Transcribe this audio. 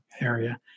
area